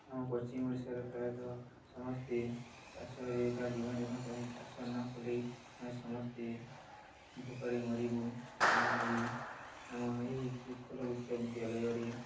ଆମ ପଶ୍ଚିମ ଓଡ଼ିଶାରେ ପ୍ରାୟତଃ ସମସ୍ତେ ଚାଷରେ ଏକା ଜୀବନ ଯାପନ କରି ଚାଷ ନ କଲେ ଆମେ ସମସ୍ତେ ଭୋକରେ ମରିବୁ ତେଣୁ କରି ଆମ ଏହି ଉତ୍କଲ ବିଶ୍ୱବିଦ୍ୟାଳୟରେ